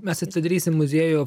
mes atsidarysim muziejų